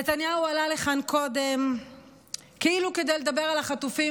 נתניהו עלה לכאן קודם כאילו כדי לדבר על החטופים,